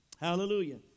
Hallelujah